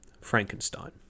Frankenstein